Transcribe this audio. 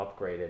upgraded